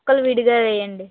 ముక్కలు విడిగా వేయండి